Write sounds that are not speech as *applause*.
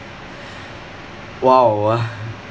!wow! *laughs*